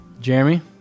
Jeremy